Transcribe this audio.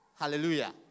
Hallelujah